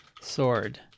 Sword